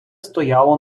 стояло